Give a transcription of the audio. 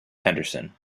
henderson